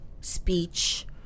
speech